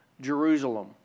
Jerusalem